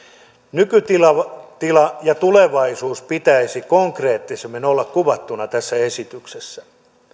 nykytila ja tulevaisuus pitäisi konkreettisemmin olla kuvattuna tässä esityksessä